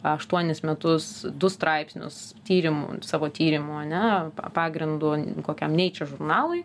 aštuonis metus du straipsnius tyrimų savo tyrimo ane pagrindu kokiam neiče žurnalui